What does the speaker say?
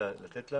היא חיכתה בסבלנות.